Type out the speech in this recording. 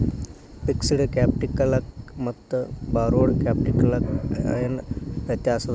Fixed ಕ್ಯಾಪಿಟಲಕ್ಕ ಮತ್ತ borrowed ಕ್ಯಾಪಿಟಲಕ್ಕ ಏನ್ ವ್ಯತ್ಯಾಸದ?